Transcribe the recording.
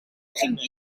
ging